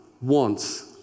wants